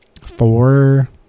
four